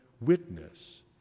witness